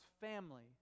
family